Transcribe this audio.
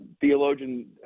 theologian